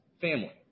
family